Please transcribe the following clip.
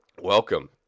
welcome